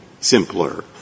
simpler